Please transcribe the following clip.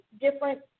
different